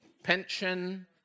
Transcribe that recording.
Pension